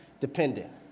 dependent